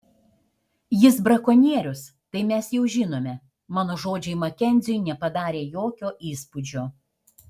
jis brakonierius tai mes jau žinome mano žodžiai makenziui nepadarė jokio įspūdžio